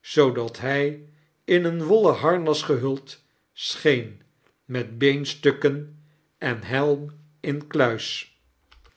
zoodat hij in een wollen harnas gehuld scheen met beenstukken en helm incluis